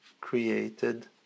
created